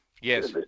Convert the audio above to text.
Yes